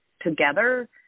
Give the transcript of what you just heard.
together